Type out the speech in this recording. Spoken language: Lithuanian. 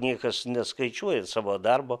niekas neskaičiuoja savo darbo